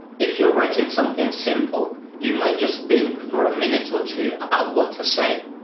if you're writing something simple, you might just think for a minute or two about what to say.